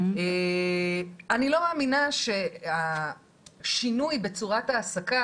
אני לא מאמינה שהשינוי בצורת העסקה,